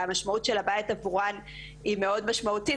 המשמעות של הבית עבורן היא מאוד גדולה,